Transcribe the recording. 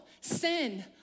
sin